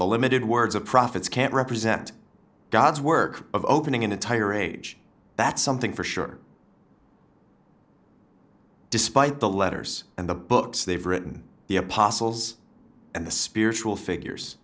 limited words of prophets can't represent god's work of opening an entire age that's something for sure despite the letters and the books they've written the apostles and the spiritual figures